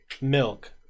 milk